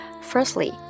Firstly